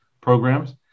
programs